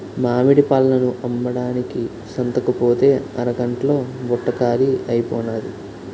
మామిడి పళ్ళను అమ్మడానికి సంతకుపోతే అరగంట్లో బుట్ట కాలీ అయిపోనాది